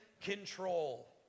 control